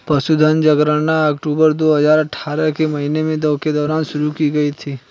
पशुधन जनगणना अक्टूबर दो हजार अठारह के महीने के दौरान शुरू की गई थी